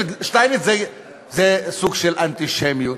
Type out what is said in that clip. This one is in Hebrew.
בשביל שטייניץ זה סוג של אנטישמיות.